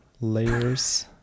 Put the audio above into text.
layers